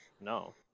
No